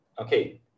Okay